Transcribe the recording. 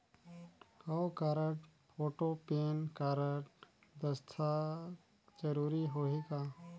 हव card, photo, PAN card, दस्खत जरूरी होही का?